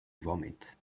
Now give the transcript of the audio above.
vomit